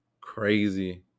crazy